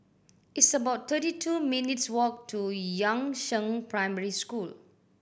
it's about thirty two minutes' walk to Yangzheng Primary School